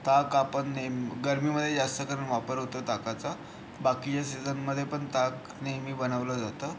ताक आपण नेह गर्मीमध्ये जास्त करून वापर होतो ताकाचा बाकीच्या सिजनमध्ये पण ताक नेहमी बनवलं जातं